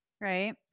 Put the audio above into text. right